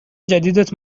جدیدت